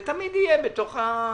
זה תמיד יהיה בפנים.